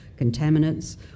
contaminants